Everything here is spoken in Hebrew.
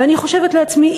ואני חושבת לעצמי,